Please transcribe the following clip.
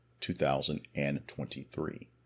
2023